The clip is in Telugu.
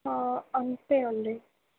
అంతే అండి